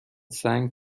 سنگ